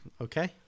Okay